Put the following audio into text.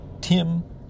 Tim